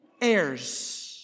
heirs